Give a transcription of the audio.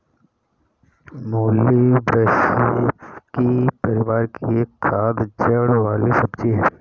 मूली ब्रैसिसेकी परिवार की एक खाद्य जड़ वाली सब्जी है